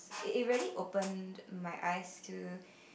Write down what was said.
it it really opened my eyes to